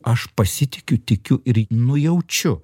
aš pasitikiu tikiu ir nujaučiu